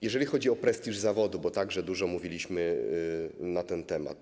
Jeżeli chodzi o prestiż zawodu, także dużo mówiliśmy na ten temat.